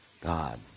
God